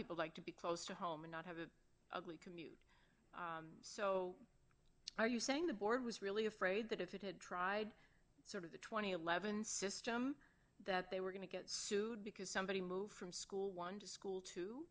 people like to be close to home and not have that commute so are you saying the board was really afraid that if it had tried sort of the th eleven system that they were going to get sued because somebody moved from school one school to